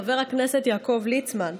חבר הכנסת יעקב ליצמן,